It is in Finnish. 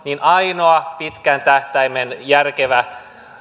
ainoa pitkän tähtäimen järkevä